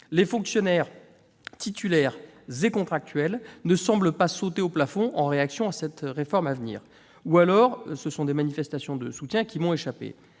les fonctionnaires titulaires et contractuels ne semblent pas sauter au plafond à l'annonce de cette réforme à venir, ou alors il s'agit de manifestations de soutien qui m'ont échappé.